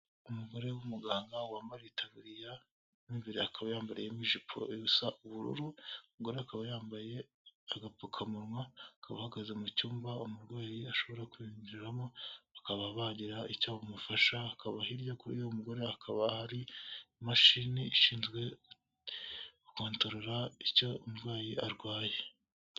Umugore w'umuganga wambaye itaburiya y'umweru, akaba yambayemo ijipo isa ubururu. Umugore akaba yambaye agapfukamunwa, akaba ahagaze mu cyumba, umurwayi ashobora kwinjiramo, bakaba bagira icyo bamufasha, akaba hirya kuri uyu nguyu hakaba hari imashini ishinzwe gukontolola icyo umurwayi arwaye.